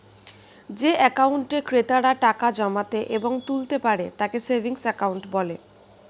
যে অ্যাকাউন্টে ক্রেতারা টাকা জমাতে এবং তুলতে পারে তাকে সেভিংস অ্যাকাউন্ট বলে